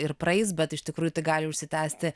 ir praeis bet iš tikrųjų tai gali užsitęsti